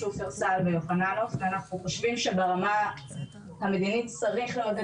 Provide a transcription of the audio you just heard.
שופרסל ויוחננוף ואנחנו חושבים שברמה המדינית צריך לעודד